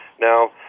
Now